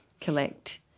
collect